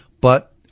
But-